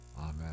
Amen